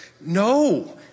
No